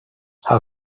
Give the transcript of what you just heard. how